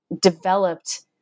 developed